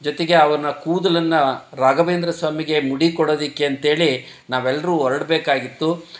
ಜೊತೆಗೆ ಅವನ ಕೂದಲನ್ನು ರಾಘವೇಂದ್ರ ಸ್ವಾಮಿಗೆ ಮುಡಿ ಕೊಡೋದಕ್ಕೆ ಅಂತೇಳಿ ನಾವೆಲ್ಲರು ಹೊರ್ಡ್ಬೇಕಾಗಿತ್ತು